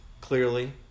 clearly